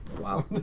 Wow